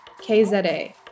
KZA